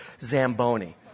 Zamboni